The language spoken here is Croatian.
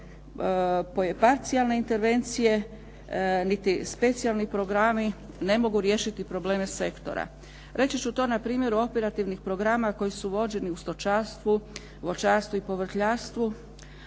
nikakve parcijalne intervencije niti specijalni programi ne mogu riješiti probleme sektora. Reći ću to na primjeru operativnih programa koji su vođeni u stočarstvu, voćarstvu i povrtlarstvu